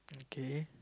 okay